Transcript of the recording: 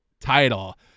title